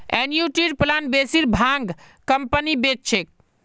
एनयूटीर प्लान बेसिर भाग कंपनी बेच छेक